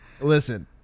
listen